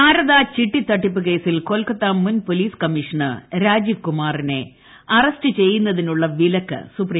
ശാരദാ ചിട്ടിതട്ടിപ്പ് കേസിൽ കൊൽക്കത്ത മുൻ പൊലീസ് കമ്മീഷണർ രാജീവ് കുമാറിനെ അറസ്റ്റ് ചെയ്യുന്നതിനുള്ള വിലക്ക് സുപ്രീംകോടതി നീക്കി